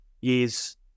years